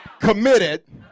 committed